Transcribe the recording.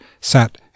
sat